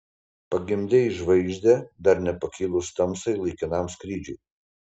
pagimdei žvaigždę dar nepakilus tamsai laikinam skrydžiui